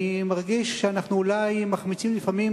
אני מרגיש שאנחנו אולי מחמיצים לפעמים